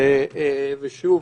ושוב,